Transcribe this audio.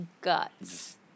guts